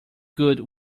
good